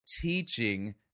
teaching